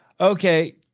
Okay